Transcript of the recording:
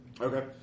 okay